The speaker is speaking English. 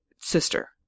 sister